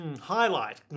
highlight